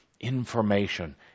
information